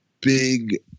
big